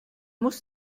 muss